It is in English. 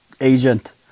agent